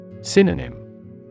Synonym